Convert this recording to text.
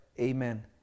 amen